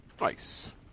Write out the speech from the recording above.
Nice